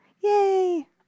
Yay